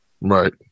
Right